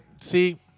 see